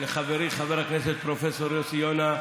לחברי חבר הכנסת פרופ' יוסי יונה,